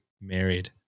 married